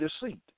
deceit